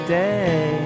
day